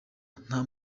nta